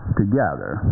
together